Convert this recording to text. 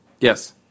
Yes